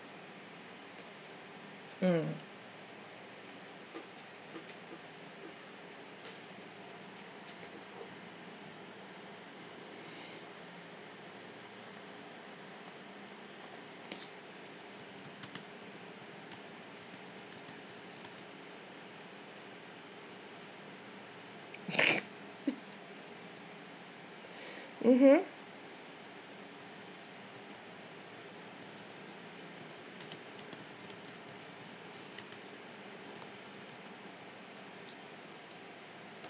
mm mmhmm